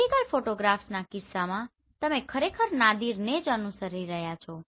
vertical ફોટોગ્રાફના કિસ્સામાં તમે ખરેખર નાદિરને જ અનુસરી રહ્યા છો